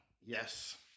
Yes